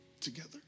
together